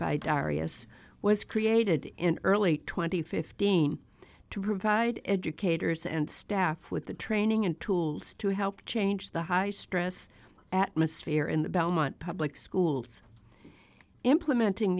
by darrius was created in early twenty fifteen to provide educators and staff with the training and tools to help change the high stress atmosphere in the belmont public schools implementing